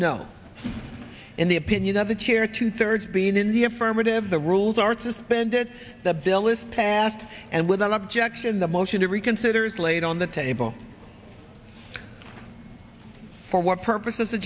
no in the opinion of the chair two thirds being in the affirmative the rules are suspended the bill is passed and without objection the motion to reconsider is laid on the table for what purpose